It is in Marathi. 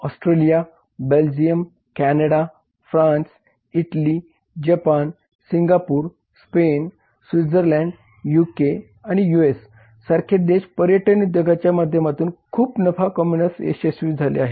Austria Belgium Canada France Italy Japan Singapore Spain Switzerland UK आणि यूएसए सारखे देश पर्यटन उद्योगाच्या माध्यमातून खूप नफा कमविण्यास यशस्वी झाले आहेत